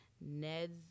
ned's